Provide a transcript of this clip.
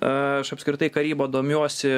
aš apskritai karyba domiuosi